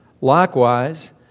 likewise